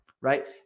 Right